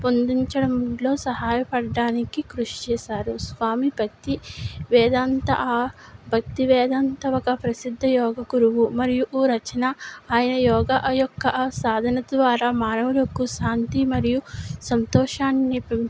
పొందించడం ఇంట్లో సహాయపడటానికి కృషి చేశారు స్వామి భక్తి వేదాంతా భక్తి వేదాంత ఒక ప్రసిద్ధ యోగ గురువు మరియు రచన ఆయన యోగా యొక్క సాధన ద్వారా మానవులకు శాంతి మరియు సంతోషాన్ని